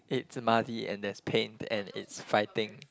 it's muddy and there's paint and it's fighting